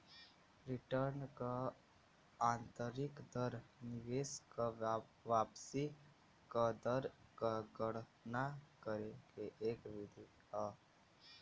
return क आंतरिक दर निवेश क वापसी क दर क गणना करे के एक विधि हौ